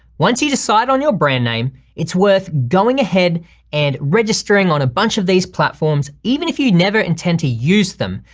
once you decide on your brand name, it's worth going ahead and registering on a bunch of these platforms even if you never intend to use them,